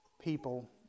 people